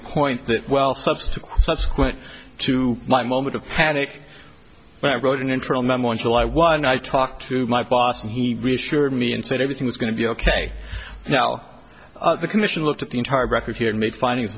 the point that well subs to subsequent to my moment of panic when i wrote an internal memo on july one i talked to my boss and he reassured me and said everything was going to be ok now the commission looked at the entire record here and made finding